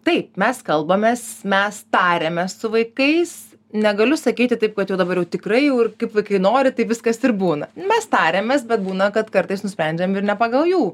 taip mes kalbamės mes tariamės su vaikais negaliu sakyti taip kad jau dabar jau tikrai jau ir kaip vaikai nori taip viskas ir būna mes tariamės bet būna kad kartais nusprendžiam ir ne pagal jų